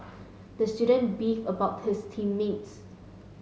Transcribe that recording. the student beefed about his team mates